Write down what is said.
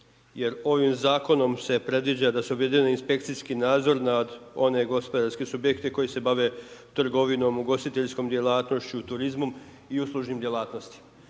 ovim zakonom se predviđa da se objedini inspekcijski nadzor nad one gospodarske subjekte koji se bave trgovinom, ugostiteljskom djelatnošću, turizmom i uslužnim djelatnostima.